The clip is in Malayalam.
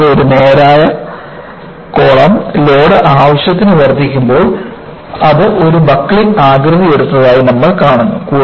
കൂടാതെ ഒരു നേരായ കോളം ലോഡ് ആവശ്യത്തിന് വർദ്ധിക്കുമ്പോൾ അത് ഒരു ബക്കിൾ ആകൃതി എടുത്തതായി നമ്മൾ കാണുന്നു